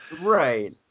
Right